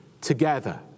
together